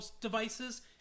devices